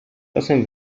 czasem